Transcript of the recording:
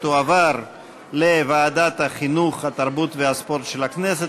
בעד יואב קיש,